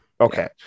Okay